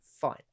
fine